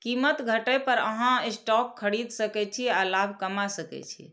कीमत घटै पर अहां स्टॉक खरीद सकै छी आ लाभ कमा सकै छी